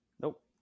Nope